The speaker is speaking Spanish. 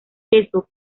queso